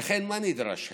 ולכן, מה נדרש היום?